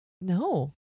no